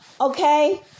Okay